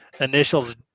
initials